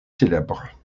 célèbre